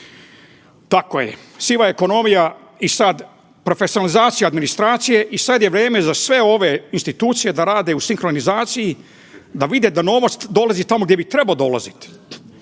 Tako je siva ekonomija i sada profesionalizacija administracije i sada je vrijeme za sve ove institucije da rade u sinkronizaciji, da vide da novac dolazi tamo gdje bi trebao dolaziti.